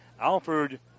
Alford